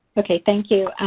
okay thank you.